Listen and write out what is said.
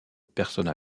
personne